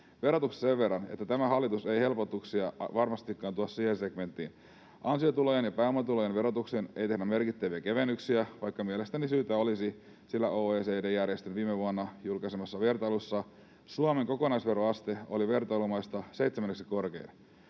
Verotuksesta sen verran, että tämä hallitus ei helpotuksia varmastikaan tuo siihen segmenttiin. Ansiotulojen ja pääomatulojen verotukseen ei tehdä merkittäviä kevennyksiä, vaikka mielestäni syytä olisi, sillä OECD-järjestön viime vuonna julkaisemassa vertailussa Suomen kokonaisveroaste oli vertailumaista seitsemänneksi korkein.